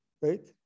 Right